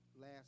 last